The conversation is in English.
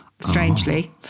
strangely